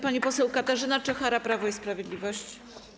Pani poseł Katarzyna Czochara, Prawo i Sprawiedliwość.